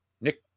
Nick